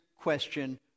question